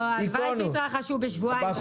הלוואי שיתרחשו בשבועיים הקרובים.